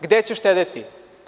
Gde će štedeti?